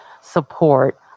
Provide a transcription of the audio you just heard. support